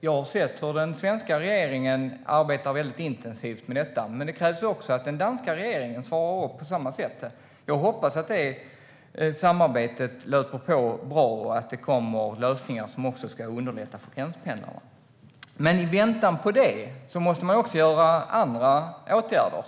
Jag har sett hur den svenska regeringen arbetar väldigt intensivt med detta, men det krävs också att den danska regeringen svarar upp på samma sätt. Jag hoppas att det samarbetet löper på bra och att det kommer lösningar som underlättar för gränspendlarna. Men i väntan på det måste man vidta andra åtgärder.